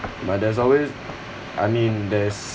but as always I mean there's